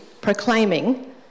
proclaiming